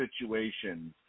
situations